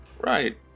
Right